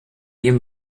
ihm